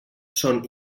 són